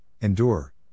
endure